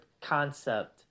concept